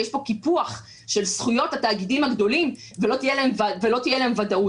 ויש פה קיפוח של זכויות התאגידים הגדולים ולא תהיה להם ודאות.